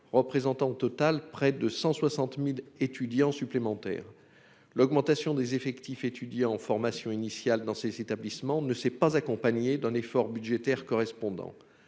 représente au total près de 160 000 étudiants supplémentaires. L'augmentation des effectifs étudiants en formation initiale dans ces établissements ne s'est pas accompagnée de l'effort budgétaire correspondant.